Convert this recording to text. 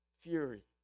fury